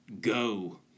go